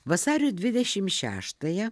vasario dvidešimt šeštąją